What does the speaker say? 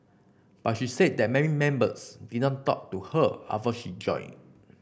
but she said that many members did not talk to her after she joined